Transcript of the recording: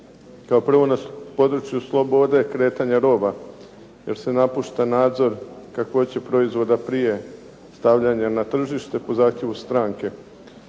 Kao prvo na području slobode kretanja roba, jer se napušta nadzor kakvoće proizvoda prije stavljanja na tržište po zahtjevu stranke.